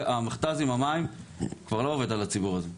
המכת"ז עם המים כבר לא עובד על הציבור הזה,